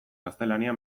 gaztelania